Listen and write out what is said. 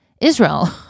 Israel